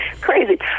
crazy